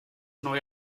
neue